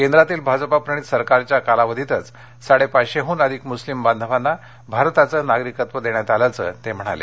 केंद्रातील भाजपाप्रणीत सरकारच्या कालावधीतच साडेपाचशेहून अधिक मुस्लिम बांधवांना भारताचं नागरिकत्व देण्यात आल्याचं ते म्हणाले